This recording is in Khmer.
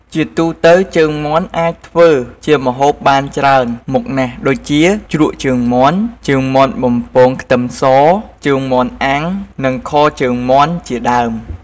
ជាទូទៅជើងមាន់អាចធ្វើជាម្ហូបបានច្រើនមុខណាស់ដូចជា ជ្រក់ជើងមាន់ ជើងមាន់បំពងខ្ទឹមស ជើងមាន់អាំង និងខជើងមាន់ជាដើម។